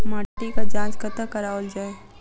माटिक जाँच कतह कराओल जाए?